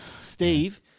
Steve